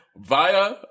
Via